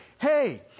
hey